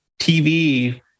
TV